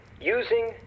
Using